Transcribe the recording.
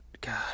God